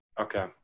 Okay